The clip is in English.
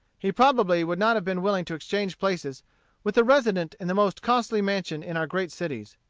he probably would not have been willing to exchange places with the resident in the most costly mansion in our great cities.